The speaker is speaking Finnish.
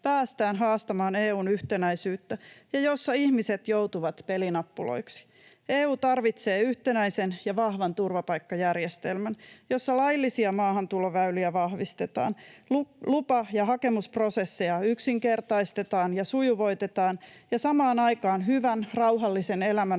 päästään haastamaan EU:n yhtenäisyyttä ja jossa ihmiset joutuvat pelinappuloiksi. EU tarvitsee yhtenäisen ja vahvan turvapaikkajärjestelmän, jossa laillisia maahantuloväyliä vahvistetaan, lupa- ja hakemusprosesseja yksinkertaistetaan ja sujuvoitetaan ja samaan aikaan hyvän, rauhallisen elämän